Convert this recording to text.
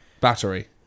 battery